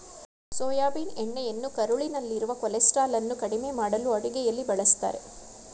soybean ಎಣ್ಣೆಯನ್ನು ಕರುಳಿನಲ್ಲಿರುವ ಕೊಲೆಸ್ಟ್ರಾಲನ್ನು ಕಡಿಮೆ ಮಾಡಲು ಅಡುಗೆಯಲ್ಲಿ ಬಳ್ಸತ್ತರೆ